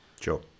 Sure